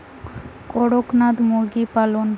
করকনাথ মুরগি পালন?